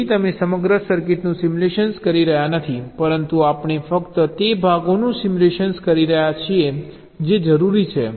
તેથી તમે સમગ્ર સર્કિટનું સિમ્યુલેટ કરી રહ્યાં નથી પરંતુ આપણે ફક્ત તે ભાગોનું સિમ્યુલેટ કરી રહ્યા છીએ જે જરૂરી છે